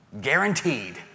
Guaranteed